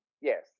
Yes